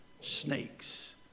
snakes